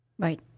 Right